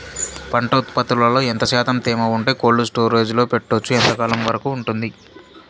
పంట ఉత్పత్తులలో ఎంత శాతం తేమ ఉంటే కోల్డ్ స్టోరేజ్ లో పెట్టొచ్చు? ఎంతకాలం వరకు ఉంటుంది